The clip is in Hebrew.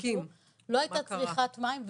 לא הייתה צריכת מים.